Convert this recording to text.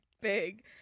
Big